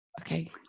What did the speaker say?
Okay